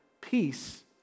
peace